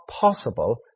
possible